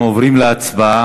אנחנו עוברים להצבעה.